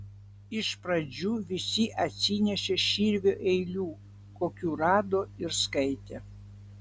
iš pradžių visi atsinešė širvio eilių kokių rado ir skaitė